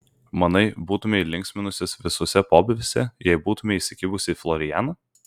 manai būtumei linksminusis visuose pobūviuose jei būtumei įsikibusi į florianą